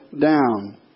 down